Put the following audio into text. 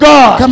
God